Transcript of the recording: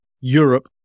Europe